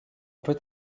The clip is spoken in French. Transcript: peut